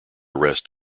rest